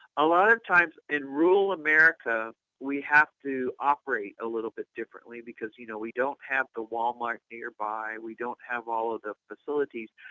a lot of times in rural america, we have to operate a little bit differently, because you know we don't have the wal-mart nearby. we don't have all ah the facilities,